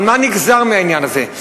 אבל מה נגזר מהעניין הזה?